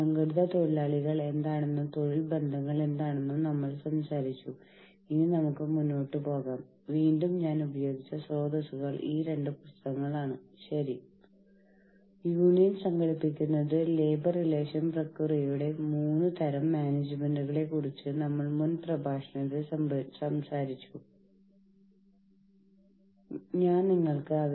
സംഘടിത തൊഴിലാളി എന്നാൽ ഒരു സ്ഥാപനത്തിലെ തൊഴിലാളികൾ ഒന്നിച്ച് കൂട്ടായി അവരുടെ ആവശ്യങ്ങൾ മുന്നോട്ട് വയ്ക്കാൻ ശ്രമിക്കുകയും അതിന്റെ അംഗങ്ങളുടെ ക്ഷേമം ഉന്നത മാനേജുമെന്റുമായുള്ള വിലപേശലിലൂടെയും ചർച്ചകളിലൂടെയും ഉറപ്പാക്കാൻ ശ്രമിക്കുന്നതാണ്